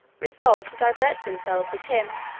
resolved to divert themselves with him